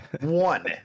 one